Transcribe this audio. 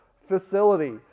facility